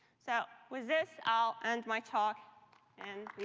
so with this, i'll end my talk and